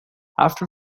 after